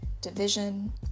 division